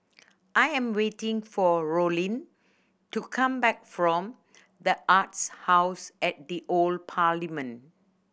I am waiting for Rollin to come back from The Arts House at the Old Parliament